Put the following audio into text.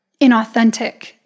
inauthentic